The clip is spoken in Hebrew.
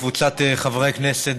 קבוצת חברי כנסת,